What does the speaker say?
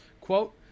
Quote